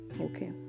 okay